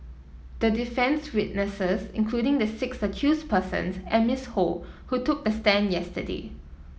the defence's witnesses including the six accused persons and Miss Ho who took the stand yesterday